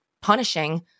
punishing